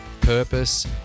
purpose